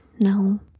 no